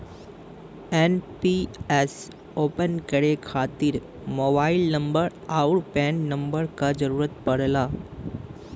NPS open करे खातिर mobile number आउर पैन नंबर क जरुरत पड़ला